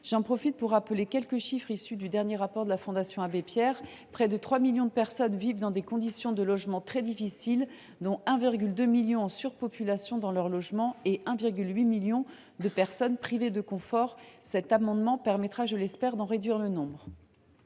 J’en profite pour rappeler quelques chiffres issus du dernier rapport de la Fondation Abbé Pierre : près de 3 millions de personnes vivent dans des conditions très difficiles, dont 1,2 million en surpopulation dans leur logement et 1,8 million sans confort. L’adoption de cet amendement permettra, je l’espère, d’en réduire le nombre.